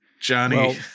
Johnny